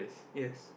yes